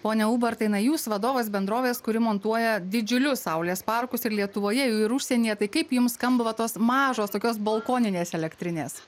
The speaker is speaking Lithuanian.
pone ubartai na jūs vadovas bendrovės kuri montuoja didžiulius saulės parkus ir lietuvoje ir užsienyje tai kaip jums skamba va tos mažos tokios balkoninės elektrinės